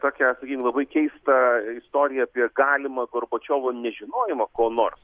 tokią sakykim labai keistą istoriją apie galimą gorbačiovo nežinojimą ko nors